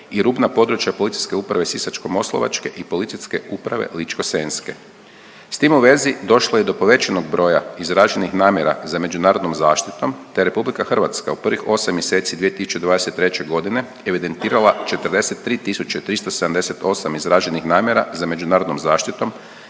i rubna područja policijske uprave Sisačko-moslavačke i policijske uprave Ličko-senjske. S tim u vezi došlo je do povećanog broja izraženih namjera za međunarodnom zaštitom te RH u prvih 8 mjeseci 2023. evidentirala 43 378 izraženih namjera za međunarodnom zaštitom,